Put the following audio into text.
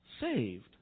saved